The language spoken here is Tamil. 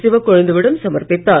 சிவகொழுந்துவிடம் சமர்பித்தார்